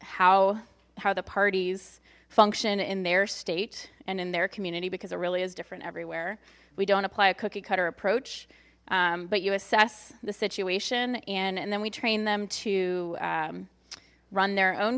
how how the parties function in their state and in their community because it really is different everywhere we don't apply a cookie cutter approach but you assess the situation and then we train them to run their own